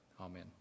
Amen